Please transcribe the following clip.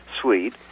suite